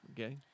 Okay